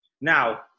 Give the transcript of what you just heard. Now